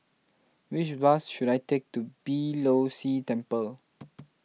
which bus should I take to Beeh Low See Temple